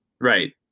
Right